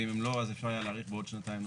ואם לא, אז אפשר היה להאריך בעוד שנתיים נוספות.